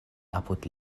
apud